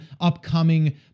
upcoming